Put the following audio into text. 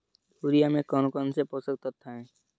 Urea में कौन कौन से पोषक तत्व है?